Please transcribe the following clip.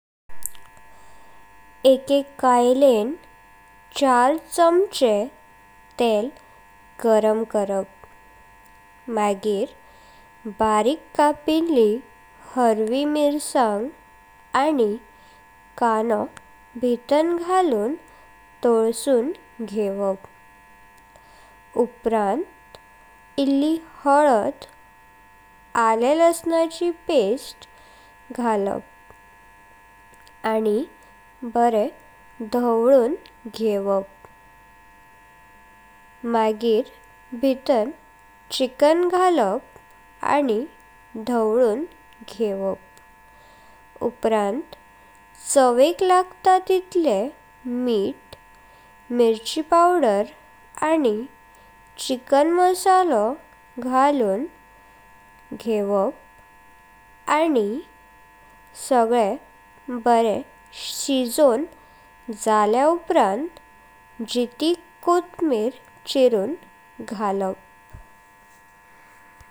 एके काइलें, चार चामचे तेल गरम कारप मगिर बारीक कापिल्लि हरवी मिर्सांग आनी कांदे भितां घालून तळसून घेव। उप्रांत इल्लि हळद, आले लस्नाची पेस्ट घालप आनी बरे धवलून घेवप। मगिर भितां चिकन घालप आनी धवलून घेवप। उप्रांत चवेक लागतां तसें मीत। मिरची पावडर आनी चिकन मसालो घालून घेवप आनी सगळे बरे शिजून झाल्या उप्रांत, जितीं कोत्मीर चिरुन घालपाची।